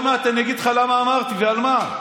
עוד מעט אני אגיד לך למה אמרתי ועל מה.